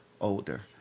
older